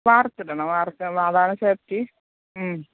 വാർത്തിടണം അതാണ് സേഫ്റ്റി